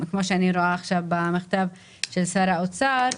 כמו שאני רואה עכשיו במכתב של שר האוצר,